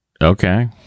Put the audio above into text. Okay